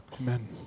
Amen